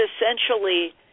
essentially